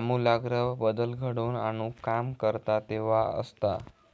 आमूलाग्र बदल घडवून आणुक काम करता तेव्हा असता